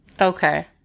Okay